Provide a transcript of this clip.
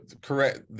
correct